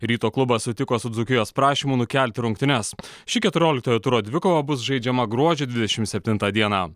ryto klubas sutiko su dzūkijos prašymu nukelti rungtynes ši keturioliktojo turo dvikova bus žaidžiama gruodžio dvidešim septintą dieną